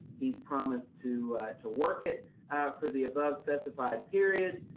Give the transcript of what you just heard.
he's promised to to work it for the above specified period.